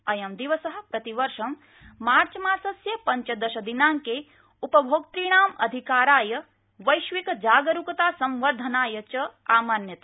अयं दिवस प्रतिवर्ष मार्चमासस्य पंचदशदिनांके उपभोक्तृणाम् अधिकाराय वैश्विक जागरूकता संवर्धनाय च आमन्यते